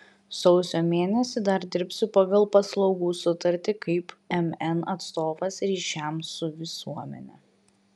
sausio mėnesį dar dirbsiu pagal paslaugų sutartį kaip mn atstovas ryšiams su visuomene